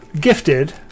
gifted